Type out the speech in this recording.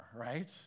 right